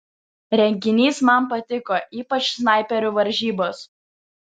renginys man patiko ypač snaiperių varžybos